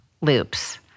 loops